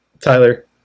Tyler